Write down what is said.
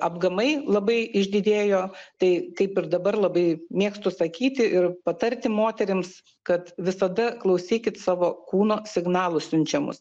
apgamai labai išdidėjo tai kaip ir dabar labai mėgstu sakyti ir patarti moterims kad visada klausykit savo kūno signalų siunčiamus